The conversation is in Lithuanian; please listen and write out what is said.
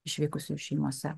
išvykusiųjų šeimose